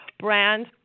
brand